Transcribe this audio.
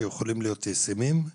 שיכולים להיות ישימים,